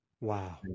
Wow